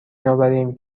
میآوریم